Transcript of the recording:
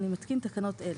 אני מתקין תקנות אלה: